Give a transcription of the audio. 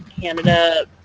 Canada